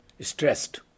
stressed